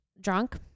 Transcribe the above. drunk